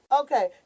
Okay